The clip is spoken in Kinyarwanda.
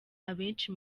abenshi